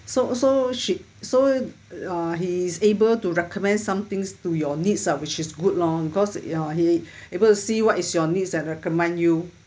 so so she so uh he's able to recommend something's to your needs ah which is good lor cause ya he able to see what is your needs and recommend you